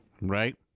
Right